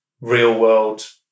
real-world